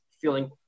feeling